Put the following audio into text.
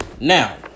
Now